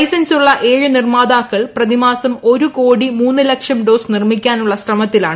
ലൈസൻസുള്ള ഏഴ് നിർമ്മാതാക്കൾ പ്രതിമാസം ഒരു കോടി മൂന്നു ലക്ഷം ഡോസ് നിർമ്മിക്കാനുള്ള ശ്രമത്തിലാണ്